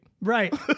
Right